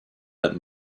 that